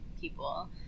people